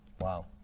Wow